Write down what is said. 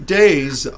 days